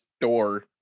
door